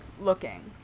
looking